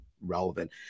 relevant